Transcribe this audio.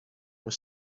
was